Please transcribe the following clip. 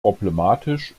problematisch